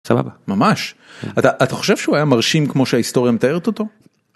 סבבהממש אתה אתה חושב שהוא היה מרשים כמו שההיסטוריה מתארת אותו.